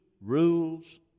rules